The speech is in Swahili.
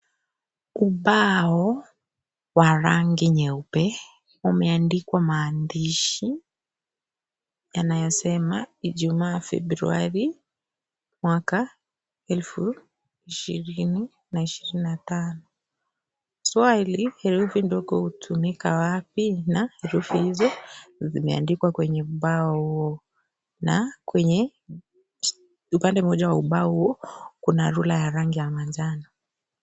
Ubao wa rangi nyeupe, umeandikwa maandishi, yanayosema, ijumaa Febiruali, mwaka elfu, ishirini, na ishirini na tano, swali, herufi ndogo hutumika wapi? Na herufi hizo zimewekwa kwenye ubao na, kwenye, upande moja wa ubao, kuna rula moja ya manjano.